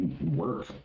work